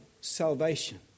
salvation